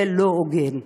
זה לא הוגן.